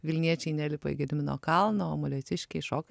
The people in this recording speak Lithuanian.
vilniečiai nelipa į gedimino kalną o molėtiškiai šoka